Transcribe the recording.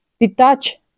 detach